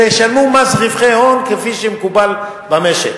אלא ישלמו מס רווחי הון כפי שמקובל במשק.